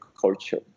culture